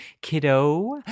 kiddo